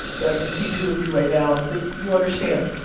that, i can see two of you right now, ah that you understand.